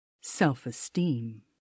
self-esteem